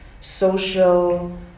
social